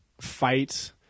fight